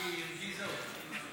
כי היא הרגיזה אותי.